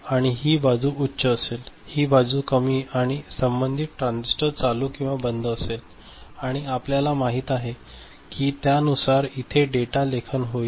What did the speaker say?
तर ही बाजू उच्च असेल आणि ही बाजू कमी आणि संबंधित ट्रान्झिस्टर चालू किंवा बंद असेल आणि आपल्याला माहिती आहे की त्यानुसार इथे डेटा लेखन होईल